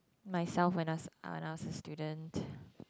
myself when us I was a student